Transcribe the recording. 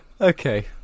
Okay